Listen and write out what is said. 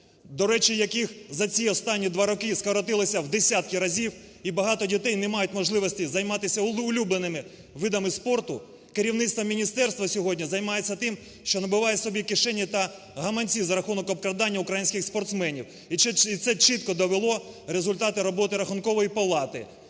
До речі, яких за ці останні 2 роки скоротилося в десятки разів, і багато дітей не мають можливості займатися улюбленими видами спорту. Керівництво міністерства сьогодні займається тим, що набиває собі кишені та гаманці за рахунок обкрадання українських спортсменів. І це чітко довело результати роботи Рахункової палати.